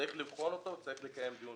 צריך לבחון אותו וצריך לקיים דיון